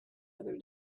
other